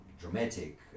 dramatic